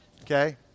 okay